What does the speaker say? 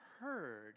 heard